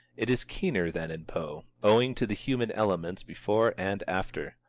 it is keener than in poe, owing to the human elements before and after.